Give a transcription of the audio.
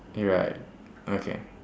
you right okay